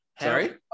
sorry